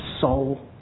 soul